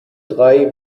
drei